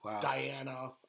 Diana